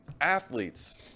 athletes